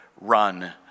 run